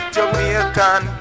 Jamaican